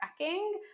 tracking